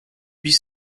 huit